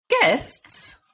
Guests